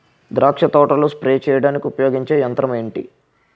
ద్రాక్ష తోటలో స్ప్రే చేయడానికి ఉపయోగించే యంత్రం ఎంటి?